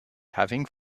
having